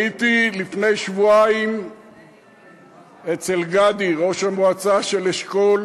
הייתי לפני שבועיים אצל גדי, ראש המועצה של אשכול,